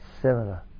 similar